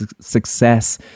success